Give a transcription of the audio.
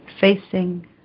facing